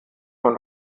man